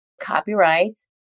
Copyrights